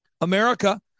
America